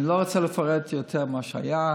אני לא רוצה לפרט יותר ממה שהיה.